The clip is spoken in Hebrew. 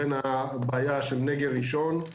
בין הבעיה של נגר ראשון,